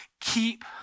Keep